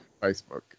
Facebook